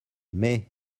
mais